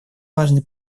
важный